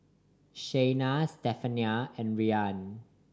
Shayna Stephania and Rian